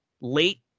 late